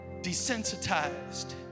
desensitized